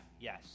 yes